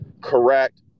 correct